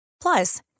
Plus